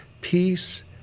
peace